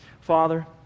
Father